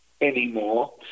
anymore